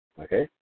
okay